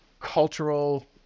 cultural